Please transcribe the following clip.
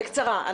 בקצרה.